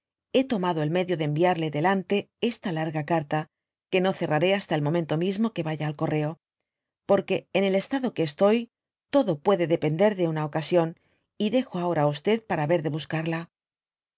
b tomado el medio de entíarle delante esta larga carta que noicerraré hasta el momento mismo que vaya al éorreo j por que en el estado que estoy todo puede de pender de una ocasión y dejo abora á para yer de buscarla